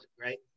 right